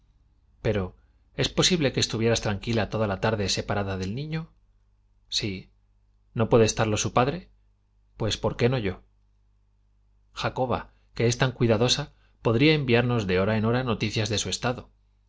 tpero es posible que estuvieras tranquila toda la tarde separada del niño sí no puede estarlo su padre pues por qué no yo jacoba que es tan cuidadosa podría enviarnos de hora en hora noticias de su estado